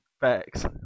facts